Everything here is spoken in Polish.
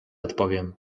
odpowiem